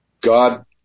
God